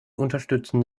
unterstützen